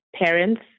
parents